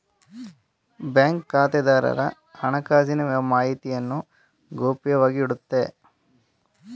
bank ಖಾತೆದಾರರ ಹಣಕಾಸಿನ ಮಾಹಿತಿಯನ್ನು ಗೌಪ್ಯವಾಗಿ ಇಡುತ್ತೆ